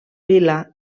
lila